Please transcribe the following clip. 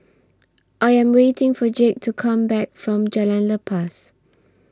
I Am waiting For Jake to Come Back from Jalan Lepas